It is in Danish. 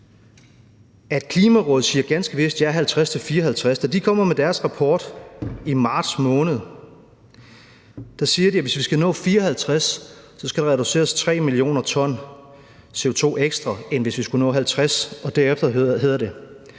at Klimarådet ganske vist siger 50-54 pct., men da de kom med deres rapport i marts måned, sagde de, at hvis vi skal nå 54 pct., skal der reduceres med 3 mio. t CO2 ekstra, end hvis vi skulle nå 50 pct. Og derefter hedder det: